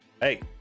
Hey